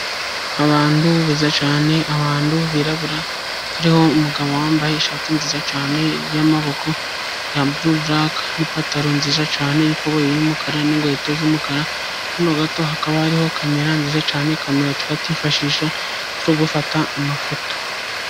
Abantu beza cyane abantu birabura hariho umugabo wambaye ishati nziza cyane y'amaboko yaburaka, n'ipantaro nziza cyane y'umukara n'inkweto z'umukara. Hino gato hakaba hariho kamera nziza cyane kamera twakwifashisha turigufata amafoto.